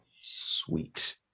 Sweet